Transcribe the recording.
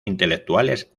intelectuales